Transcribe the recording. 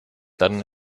dann